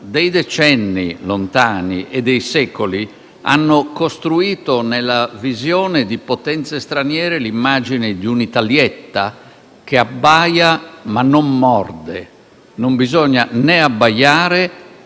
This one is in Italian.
dei decenni lontani e dei secoli, hanno costruito nella visione delle potenze straniere l'immagine di un'Italietta che abbaia, ma non morde. Bisogna non abbaiare,